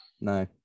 No